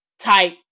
type